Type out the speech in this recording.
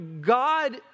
God